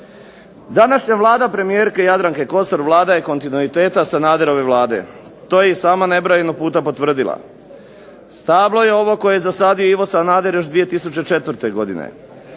Današnja Vlada premijerke Jadranke Kosor, Vlada je kontinuiteta Sanaderove Vlade. To je i sama nebrojeno puta potvrdila. Stablo je ovo koje je zasadio Ivo Sanader još 2004. godine.